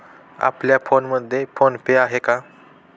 आपल्या फोनमध्ये PhonePe आहे का?